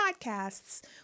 podcasts